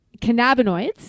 cannabinoids